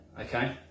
okay